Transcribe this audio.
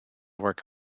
work